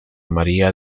maria